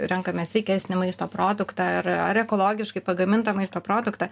renkamės sveikesnį maisto produktą ar ar ekologiškai pagamintą maisto produktą